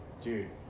dude